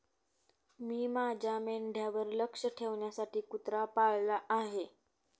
मी माझ्या मेंढ्यांवर लक्ष ठेवण्यासाठी कुत्रा पाळला आहे